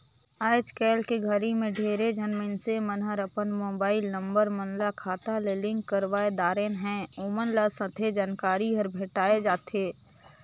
आइज के घरी मे ढेरे झन मइनसे मन हर अपन मुबाईल नंबर मन ल खाता ले लिंक करवाये दारेन है, ओमन ल सथे जानकारी हर भेंटाये जाथें